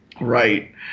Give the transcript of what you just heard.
Right